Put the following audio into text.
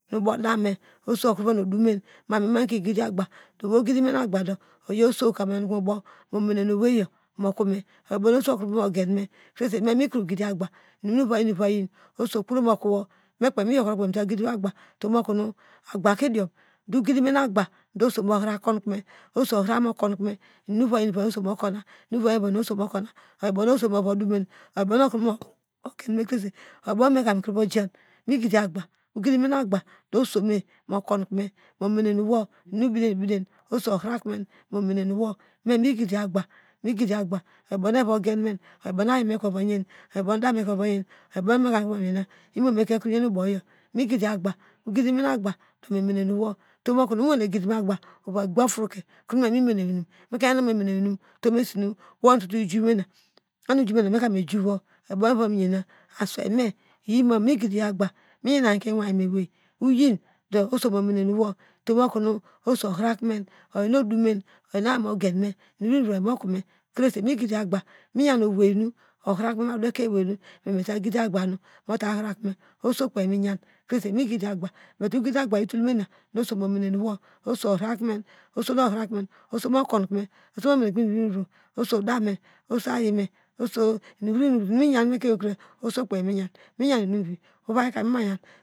Mubo dame oso okrovon odom meki gidiagba owei ogidime eigbado oso kamo yokomobo oyobo no osoyo ova mobime krese me mekro gidie ogba oso kpro mokowo mekei mekro yokroke meta gidiagba tomokono agbako diom do ugidime nu ugba no oso mu hura konkome oso hara mokon kome inum nu ovayi yin oso abo migidiaga ogidiagba ogidime unuagba do osome mokona momene nowo oso oharakumen momenenowo memigidi agba oyo bonu evagiome oyobow no dame kimome nugna dome mene nowo owane gidimeagba ova gbe otroke asweime omo migidiagba miyanke iwame wei miyan owonu oharakome miyan owei no mitalgidi ugba nu moharakome oso kpe miyun krese migidiagba but ogidi nuagba oyotol menu oso mome ne no wo oso ohar kome oso mokon kome oso momenekome inuvro oso dame oso ayime inum me yan moekeinewei kre osokpe mieyan.